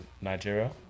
Nigeria